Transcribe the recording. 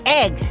egg